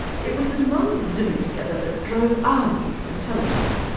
it was the demands of living together that drove our need for intelligence.